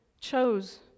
chose